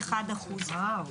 61%. וואו, התקדמות.